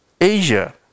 Asia